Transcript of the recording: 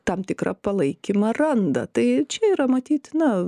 tam tikrą palaikymą randa tai čia yra matyt na